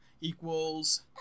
equals